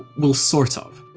well, sort of.